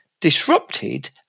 disrupted